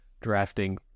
drafting